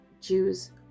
Jews